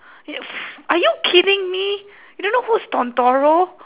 eh f~ are you kidding me you don't know who's